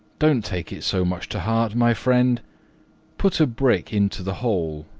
don't take it so much to heart, my friend put a brick into the hole,